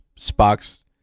Spock's